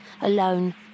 alone